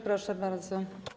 Proszę bardzo.